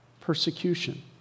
persecution